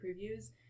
previews